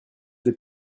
êtes